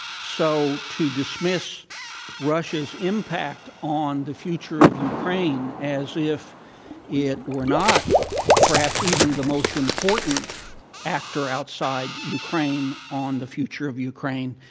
so to dismiss russia's impact on the future of ukraine as if it were not perhaps even the most important actor outside ukraine on the future of ukraine,